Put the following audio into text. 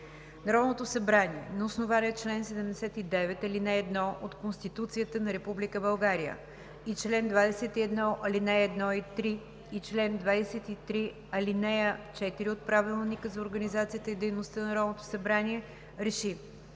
Народното събрание на основание чл. 79, ал. 1 от Конституцията на Република България и чл. 21, ал. 1 и 3, и чл. 23, ал. 4 от Правилника за организацията и дейността на Народното събрание РЕШИ: